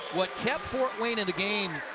what kept fort wayne in the game,